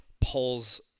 pulls